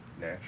Nash